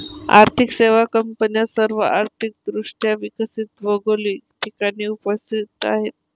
आर्थिक सेवा कंपन्या सर्व आर्थिक दृष्ट्या विकसित भौगोलिक ठिकाणी उपस्थित आहेत